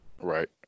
Right